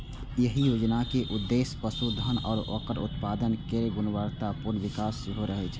एहि योजनाक उद्देश्य पशुधन आ ओकर उत्पाद केर गुणवत्तापूर्ण विकास सेहो रहै